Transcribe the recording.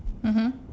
mmhmm